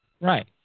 Right